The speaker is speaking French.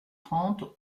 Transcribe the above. trente